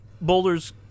boulders